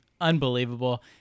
Unbelievable